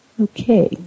Okay